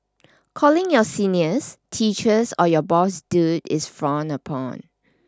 calling your seniors teachers or your boss dude is frowned upon